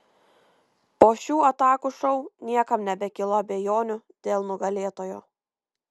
po šių atakų šou niekam nebekilo abejonių dėl nugalėtojo